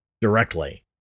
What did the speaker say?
directly